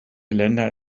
länder